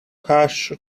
hash